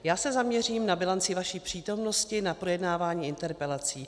Já se zaměřím na bilanci vaší přítomnosti na projednávání interpelací.